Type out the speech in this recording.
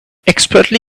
expertly